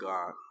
God